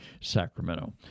Sacramento